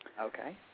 Okay